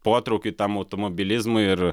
potraukiui tam automobilizmui ir